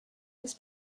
was